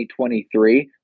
2023